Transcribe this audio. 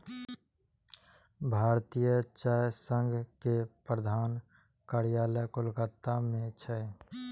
भारतीय चाय संघ के प्रधान कार्यालय कोलकाता मे छै